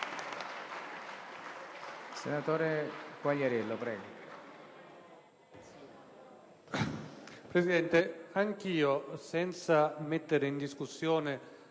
Presidente, anch'io, senza mettere in discussione